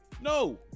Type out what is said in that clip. No